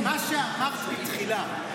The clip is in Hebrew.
מה שאמרת בתחילה,